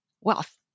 wealth